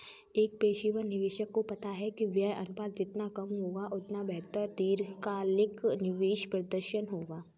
एक पेशेवर निवेशक को पता है कि व्यय अनुपात जितना कम होगा, उतना बेहतर दीर्घकालिक निवेश प्रदर्शन होगा